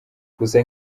gusa